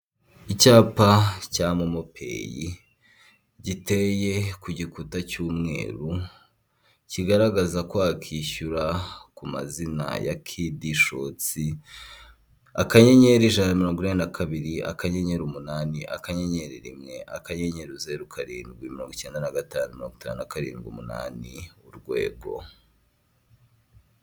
Iduka rifunguye ricuruza ibikoresho byo mu nzu, matora, intebe zikoze mu buryo butandukanye, ameza, utubati, tujyamo inkweto n'utwo bashyiramo ibindi bintu, intebe za purasitike zigerekeranye.